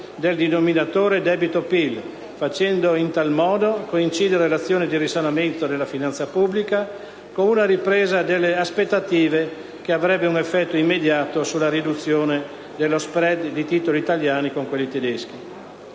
del rapporto debito/PIL, facendo in tal modo coincidere l'azione di risanamento della finanza pubblica con una ripresa delle aspettative, che avrebbe un effetti immediato sulla riduzione dello *spread* dei titoli italiani rispetto a quelli tedeschi.